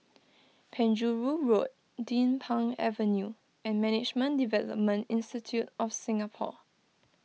Penjuru Road Din Pang Avenue and Management Development Institute of Singapore